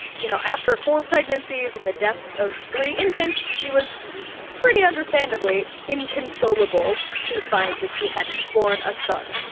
you know, after four pregnancies and the deaths of three infants, she was pretty understandably inconsolable to find that she hadn't born a son.